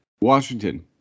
Washington